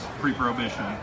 pre-prohibition